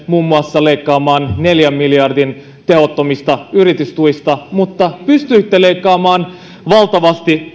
muun muassa leikkaamaan neljän miljardin tehottomista yritystuista mutta pystyitte leikkaamaan valtavasti